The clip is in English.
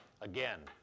again